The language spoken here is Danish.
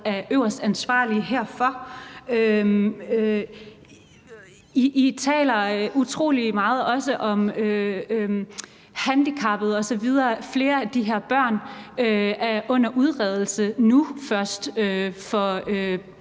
er øverst ansvarlig herfor? I taler også utrolig meget om handicappede osv. Flere af de her børn er først nu under